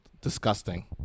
disgusting